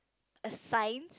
a sign